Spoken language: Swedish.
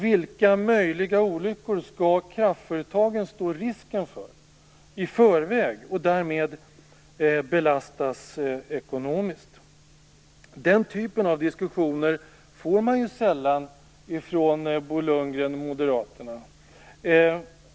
Vilka möjliga olyckor skall kraftföretagen stå risken för i förväg, och därmed belastas ekonomiskt? Den typen av diskussioner får man sällan från Bo Lundgren och Moderaterna.